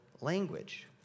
language